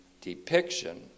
depiction